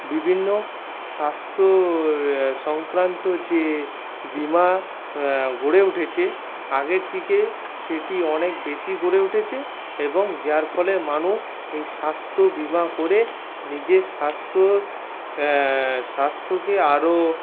বিভিন্ন স্বাস্থ্য সংক্রান্ত যে বিমা গড়ে উঠেছে আগের থেকে সেটি অনেক বেশি গড়ে উঠেছে এবং যার ফলে মানুষ এই স্বাস্থ্য বিমা করে নিজের স্বাস্থ্যর স্বাস্থ্যকে আরও